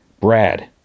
Brad